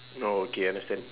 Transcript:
oh okay understand